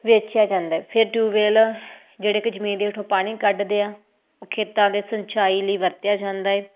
ਵੇਚਿਆ ਜਾਂਦਾ ਫਿਰ ਟਿਊਬਵੈਲ ਜਿਹੜੇ ਕੇ ਜਮੀਨ ਦੇ ਹੋਠੋਂ ਪਾਣੀ ਕੱਢਦੇ ਆ ਉਹ ਖੇਤਾਂ ਦੇ ਸਿੰਚਾਈ ਲਈ ਵਰਤਿਆ ਜਾਂਦਾ ਹੈ